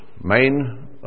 main